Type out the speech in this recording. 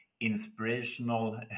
inspirational